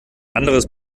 anderes